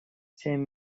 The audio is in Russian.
семь